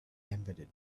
embedded